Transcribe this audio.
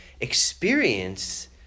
experience